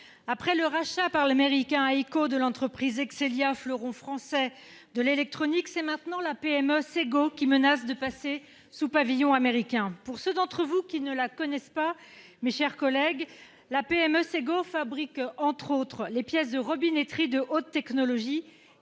Après le rachat par l'américain Heico de l'entreprise Exxelia, fleuron français de l'électronique, c'est à présent la PME Segault qui menace de passer sous pavillon américain. Pour ceux d'entre vous qui ne la connaissent pas, mes chers collègues, je rappelle que cette PME fabrique, entre autres, les pièces de robinetterie de haute technologie